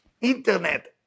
internet